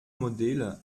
modelle